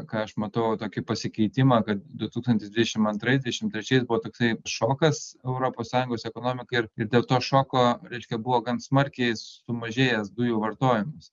ką aš matau tokį pasikeitimą kad du tūkstantis dvidešimt antrais dvidešimt trečiais buvo toksai šokas europos sąjungos ekonomikai ir ir dėl to šoko reiškia buvo gan smarkiai sumažėjęs dujų vartojimas